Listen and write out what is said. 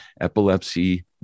Epilepsy